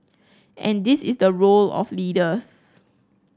and this is the role of leaders